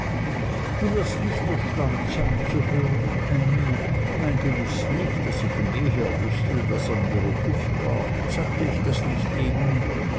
du wirst nicht erstaunt sein zu hören ännie nein gewiß nicht da sie von jeher wußte daß er nie robust war sagte ich das nicht eben